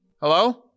hello